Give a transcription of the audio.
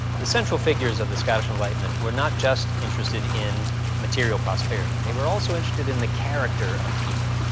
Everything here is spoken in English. the central figures of the scottish enlightenment were not just interested in material prosperity. they were also interested in the character of people.